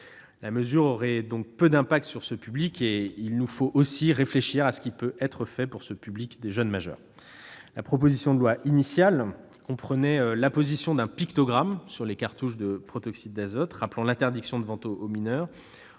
La mesure aurait donc peu d'effets sur ce public. Il nous faut aussi réfléchir à ce qui peut être fait pour le public des jeunes majeurs. La proposition de loi initiale prévoyait l'apposition d'un pictogramme sur les cartouches de protoxyde d'azote rappelant l'interdiction de vente aux mineurs,